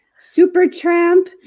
Supertramp